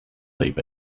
leave